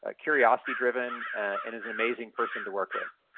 ah curiosity-driven, and is an amazing person to work with.